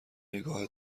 نگاه